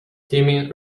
timmy